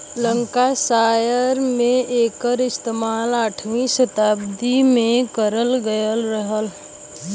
Lancashire में एकर इस्तेमाल अठारहवीं सताब्दी में करल गयल रहल